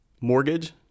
mortgage